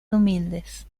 humildes